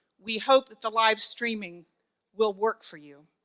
we hope that the live streaming will work for you.